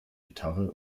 gitarre